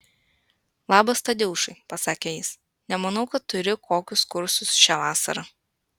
labas tadeušai pasakė jis nemanau kad turi kokius kursus šią vasarą